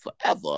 forever